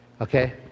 Okay